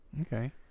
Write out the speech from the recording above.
Okay